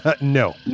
No